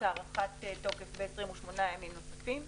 קודם כל הארכת תוקף ב-28 ימים נוספים.